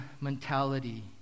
mentality